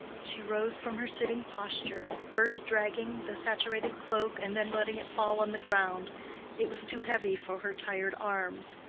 she rose from her sitting posture, first dragging the saturated cloak and then letting it fall on the ground it was too heavy for her tired arms.